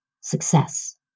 success